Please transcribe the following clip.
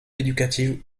éducative